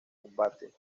combate